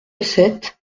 sept